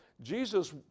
Jesus